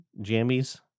Jammies